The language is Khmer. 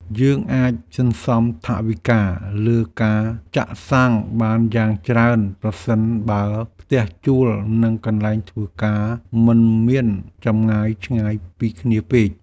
យើងអាចសន្សំថវិកាលើការចាក់សាំងបានយ៉ាងច្រើនប្រសិនបើផ្ទះជួលនិងកន្លែងធ្វើការមិនមានចម្ងាយឆ្ងាយពីគ្នាពេក។